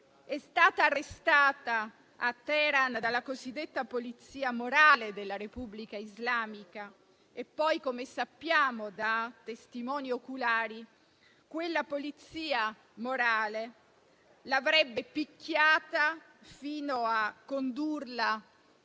è stata arrestata a Teheran dalla cosiddetta polizia morale della Repubblica islamica e poi - come sappiamo da testimoni oculari - quella polizia morale l'avrebbe picchiata fino a condurla